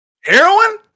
Heroin